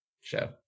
show